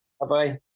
Bye-bye